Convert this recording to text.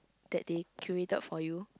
that they curated for you